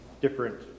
different